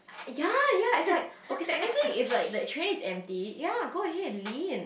ya ya is like okay technically if like the train is empty ya go ahead lean